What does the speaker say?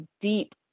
deep